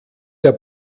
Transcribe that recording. der